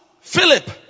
Philip